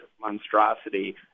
monstrosity